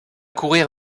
courir